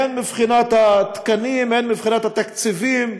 הן מבחינת התקנים, הן מבחינת התקציבים,